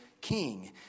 king